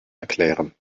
erklären